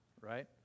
right